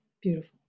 beautiful